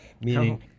meaning